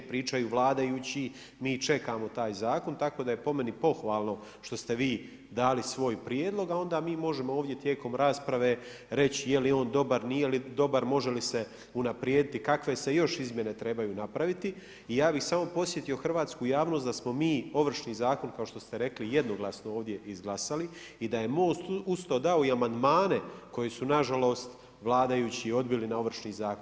Pričaju vladajući, mi čekamo taj zakon, tako da je po meni pohvalno što ste vi dali svoj prijedlog, a onda mi možemo ovdje tijekom rasprave reći je li on dobar, nije li dobar, može li se unaprijediti, kakve se još izmjene trebaju napraviti i ja bih samo podsjetio hrvatsku javnost da smo mi Ovršni zakon, kao što ste rekli, jednoglasno ovdje izglasali i da je MOST uz to dao i amandmane koje su nažalost, vladajući odbili na Ovršni zakon.